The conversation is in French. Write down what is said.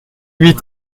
huit